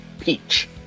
Peach